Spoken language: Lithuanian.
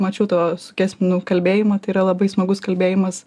mačiau tavo su kesminu kalbėjimą tai yra labai smagus kalbėjimas